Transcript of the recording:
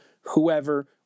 whoever